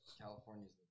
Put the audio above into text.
California's